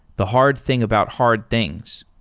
the hard thing about hard things.